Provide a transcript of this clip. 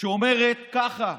שאומרת כך: